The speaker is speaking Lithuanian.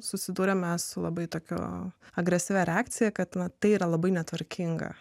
susidurėme su labai tokiu agresyvia reakcija kad na tai yra labai netvarkinga